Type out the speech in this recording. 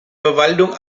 verwaltung